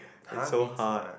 !huh! means what